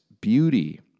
beauty